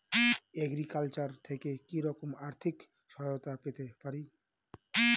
Agriculture থেকে কি রকম আর্থিক সহায়তা পেতে পারি?